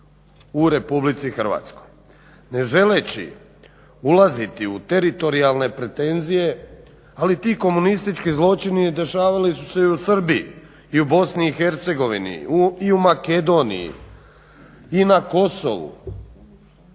u RH. Ne želeći ulaziti u teritorijalne pretenzije ali ti komunistički zločini dešavali su se i u Srbiji i u BiH i u Makedoniji i na Kosovu